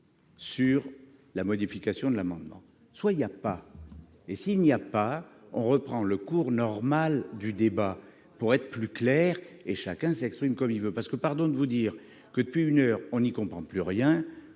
Sur la modification de l'amendement, soit il y a pas et s'il n'y a pas, on reprend le cours normal du débat pour être plus clair et chacun s'exprime comme il veut, parce que pardon de vous dire que depuis une heure, on n'y comprend plus rien,